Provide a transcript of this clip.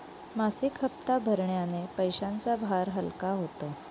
मासिक हप्ता भरण्याने पैशांचा भार हलका होतो